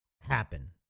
happen